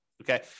okay